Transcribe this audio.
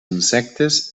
insectes